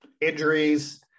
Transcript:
injuries